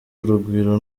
urugwiro